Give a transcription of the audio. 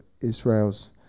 Israel's